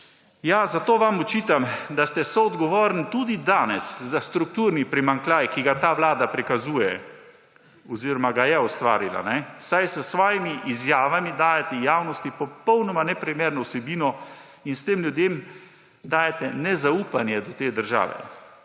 Zato vam očitam, da ste tudi danes soodgovorni za strukturni primanjkljaj, ki ga ta vlada prikazuje oziroma ga je ustvarila, saj s svojimi izjavami dajete javnosti popolnoma neprimerno vsebino in s tem ljudem ustvarjate nezaupanje do te države.